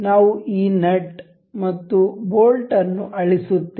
ನಾವು ಈ ನಟ್ ಮತ್ತು ಬೋಲ್ಟ್ ಅನ್ನು ಅಳಿಸುತ್ತೇವೆ